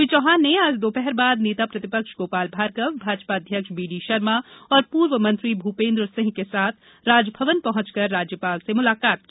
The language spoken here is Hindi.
श्री चौहान ने आज दोपहर बाद नेता प्रतिपक्ष गोपाल भार्गव भाजपा अध्यक्ष बी डी शर्मा और पूर्व मंत्री भूपेन्द्र सिंह के साथ राजभवन पहुंचकर राज्यपाल से मुलाकात की